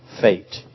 fate